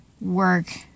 work